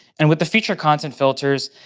and with the feature content filters,